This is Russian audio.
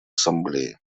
ассамблеи